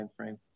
timeframe